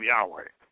Yahweh